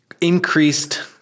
increased